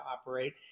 operate